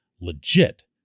legit